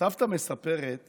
סבתא מספרת